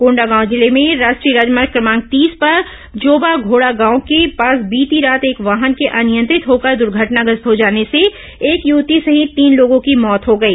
कोंडागांव जिले में राष्ट्रीय राजमार्ग क्रमांक तीस पर जोबा घोड़ा गांव के पास बीती रात एक वाहन के अनियंत्रित होकर दुर्घटनाग्रस्त हो जाने से एक युवती सहित तीन लोगों की मौत हो गई